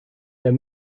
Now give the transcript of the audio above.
der